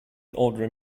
ordinary